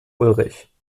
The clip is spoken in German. ulrich